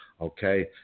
Okay